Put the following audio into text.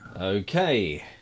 Okay